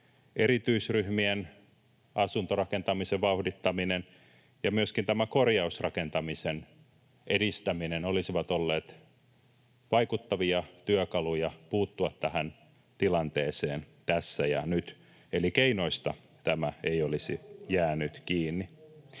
erityisryhmien asuntorakentamisen vauhdittaminen ja myöskin tämä korjausrakentamisen edistäminen olisivat olleet vaikuttavia työkaluja puuttua tähän tilanteeseen tässä ja nyt, eli keinoista tämä ei olisi jäänyt kiinni.